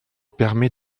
permet